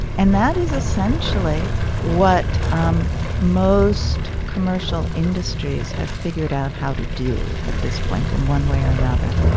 and that is essentially what um most commercial industries have figured out how to do at this point in one way or another.